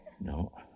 No